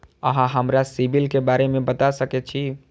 अहाँ हमरा सिबिल के बारे में बता सके छी?